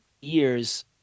years